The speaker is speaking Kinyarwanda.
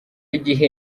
gihe